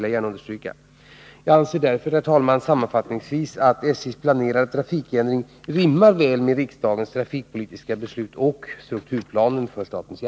Jag anser därför sammanfattningsvis att SJ:s planerade trafikändring rimmar väl med riksdagens trafikpolitiska beslut och strukturplanen för SJ.